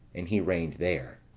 and he reigned there.